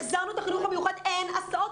החזרנו את החינוך המיוחד ואין הסעות.